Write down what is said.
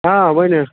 آ ؤنِو